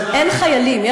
אין חיילים.